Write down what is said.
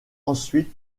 ensuite